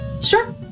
Sure